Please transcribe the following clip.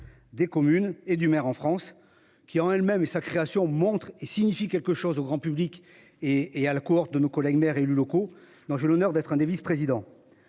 Des communes et du maire en France qui en elles-mêmes et sa création montre et signifie quelque chose au grand public et et à la Cour de nos collègues maires élus locaux. Non j'ai l'honneur d'être un des vice-présidents.